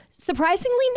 Surprisingly